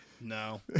No